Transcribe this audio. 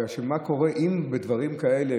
בגלל שאם זה כך בדברים כאלה,